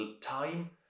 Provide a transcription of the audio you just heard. time